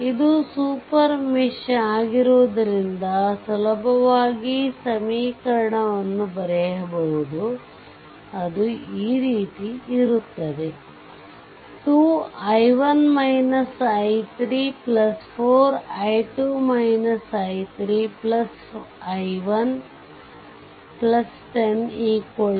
ಇದು super mesh ಆಗಿರುವುದರಿಂದ ಸುಲಭವಾಗಿ ಸಮೀಕರಣವನ್ನು ಬರೆಯಬಹುದು ಅದು ಈ ರೀತಿ ಇರುತ್ತದೆ 24i1100